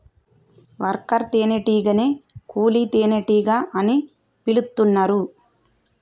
worker తేనే టీగనే కూలీ తేనెటీగ అని పిలుతున్నరు